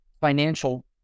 financial